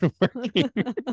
working